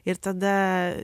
ir tada